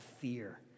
fear